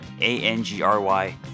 A-N-G-R-Y